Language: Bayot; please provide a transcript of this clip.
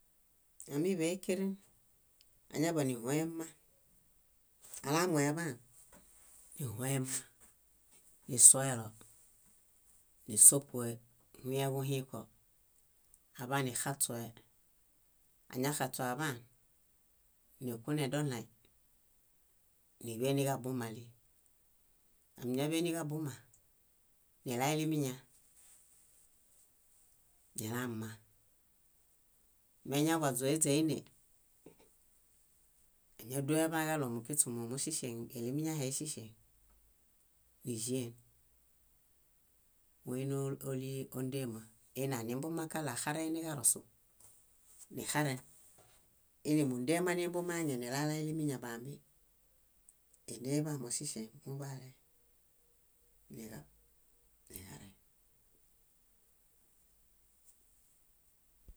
. Amiḃey ékerẽ, áñaḃanihoyen mma. Alamue aḃaan, níhoyen mma, nisuelo, nísopue, níhuyẽ kuhĩĩko, aḃanixaśue, añaxaśuaḃaan, nikunẽhedoɭaĩ níḃeniġabumali. Ámiñaḃeniġabuma, nilailimiña, nilamma, meñawaźu éźaene, áñadueḃaġaɭo mukiśumo muŝeŝeŋ, ilimiñahe iŝeŝeŋ, níĵeen. Moini óliondema. Iinianimbumãkaɭo axarẽhe niġarosu, nixaren. Íinimudema nimbumaŋe nilaalo imiña bambi. Éneḃamoŝiŝieŋ muḃale, niġab niġareŋ.